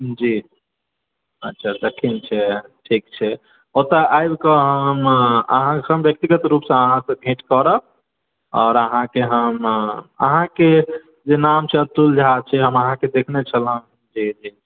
जी अच्छा सब ठीक छै ठीक छै ओतय आबि कऽ अहाँ व्यक्तिगत रूप सॅं अहाँ सऽ भेट करब और अहाँके हम अहाँके जे नाम छै अतुल झा से हम अहाँ के देखने छलहुँ जी जी